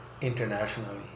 internationally